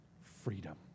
freedom